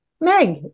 Meg